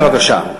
בבקשה.